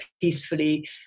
peacefully